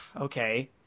Okay